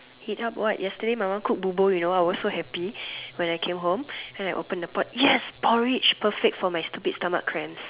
heat up what yesterday my mum cook Bo Bo you know I was so happy when I came home then I open the pot yes porridge perfect for my stupid stomach cramp